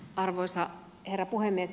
arvoisa herra puhemies